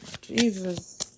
Jesus